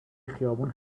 خیابون